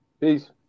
Peace